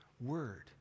word